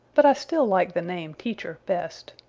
but i still like the name teacher best.